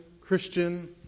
Christian